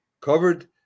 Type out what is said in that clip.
covered